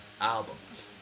albums